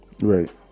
right